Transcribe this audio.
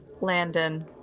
Landon